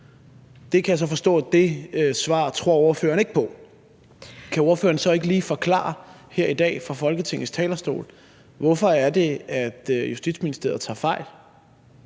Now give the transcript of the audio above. svar kan jeg så forstå at ordføreren ikke tror på. Kan ordføreren så ikke lige forklare her i dag fra Folketingets talerstol, hvorfor det er, at Justitsministeriet tager fejl?